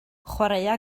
chwaraea